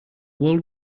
world